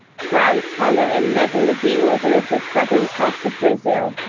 grand collar and medal of the order of the southern cross of brazil